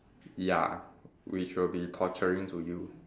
ya which will be torturing to you